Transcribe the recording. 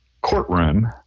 courtroom